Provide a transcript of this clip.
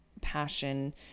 passion